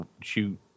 shoot